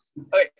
Okay